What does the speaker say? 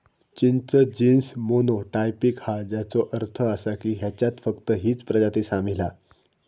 चिंच genus monotypic हा, ज्याचो अर्थ असा की ह्याच्यात फक्त हीच प्रजाती सामील हा